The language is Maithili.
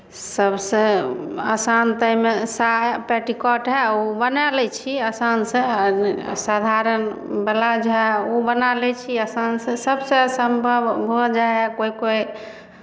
सभसँ आसान तऽ एहिमे साय पेटीकोट हए ओ बनाए लै छी आसानसँ आ साधारण ब्लाउज हए ओ बना लै छी आसानसँ सभसँ असम्भव भऽ जाइ हए कोइ कोइ